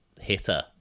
hitter